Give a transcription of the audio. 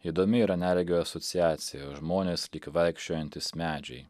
įdomi yra neregio asociacija o žmonės lyg vaikščiojantys medžiai